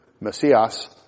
messias